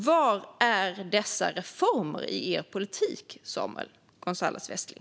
Var är dessa reformer i er politik, Samuel Gonzalez Westling?